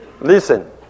Listen